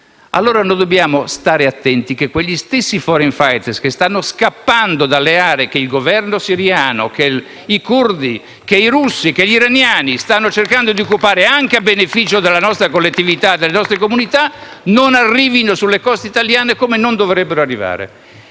Allora, dobbiamo stare attenti che quegli stessi *foreign fighter*, che stanno scappando dalle aree che il Governo siriano, i curdi, i russi e gli iraniani stanno cercando di occupare, anche a beneficio della nostra collettività e comunità, non arrivino sulle coste italiane. *(Applausi